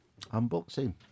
Unboxing